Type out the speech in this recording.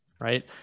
right